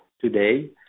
today